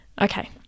Okay